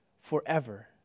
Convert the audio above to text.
forever